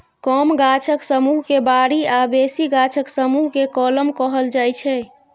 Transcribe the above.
कम गाछक समुह केँ बारी आ बेसी गाछक समुह केँ कलम कहल जाइ छै